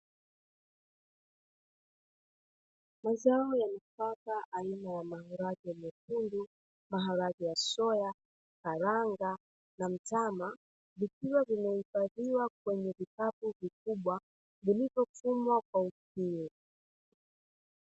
Mazao ya nafaka aina ya maharage mekundu, maarage ya soya, karanga na mtama vikiwa vimehifadhiwa kwenye vikapu vikubwa vilivyofumwa kwa ukiri.